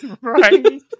right